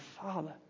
Father